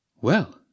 Well